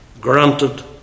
granted